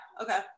Okay